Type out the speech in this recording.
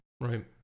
Right